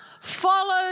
follow